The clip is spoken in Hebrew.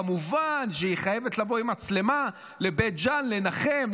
כמובן שהיא חייבת לבוא עם מצלמה לבית ג'ן לנחם,